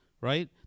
right